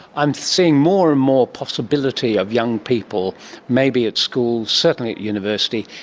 i am seeing more and more possibility of young people maybe at school, certainly at university,